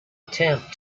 attempt